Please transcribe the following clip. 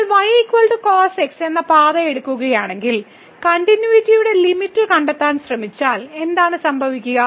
നിങ്ങൾ y cos x എന്ന പാത എടുക്കുകയാണെങ്കിൽ കണ്ടിന്യൂവിറ്റിയുടെ ലിമിറ്റ് കണ്ടെത്താൻ ശ്രമിച്ചാൽ എന്താണ് സംഭവിക്കുക